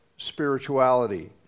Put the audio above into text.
spirituality